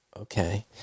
okay